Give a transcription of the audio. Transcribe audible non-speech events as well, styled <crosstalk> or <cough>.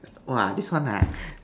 !wah! this one ah <breath>